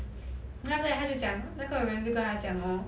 then after that 他就讲那个人就跟讲他讲 hor